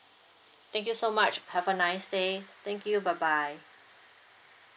thank you so much have a nice day thank you bye bye